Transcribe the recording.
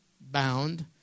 bound